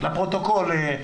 שלום.